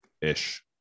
ish